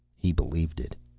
he believed it.